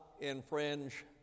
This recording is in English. infringe